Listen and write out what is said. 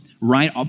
right